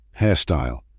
hairstyle